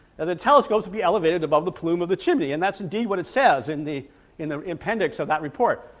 that the telescopes to be elevated above the plume of the chimney, and that's indeed what it says in the in the appendix of that report,